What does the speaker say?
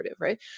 right